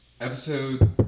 Episode